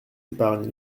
d’épargne